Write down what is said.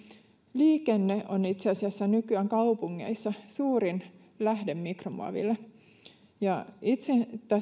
liikenne on itse asiassa nykyään kaupungeissa suurin lähde mikromuoville itse